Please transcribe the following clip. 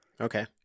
Okay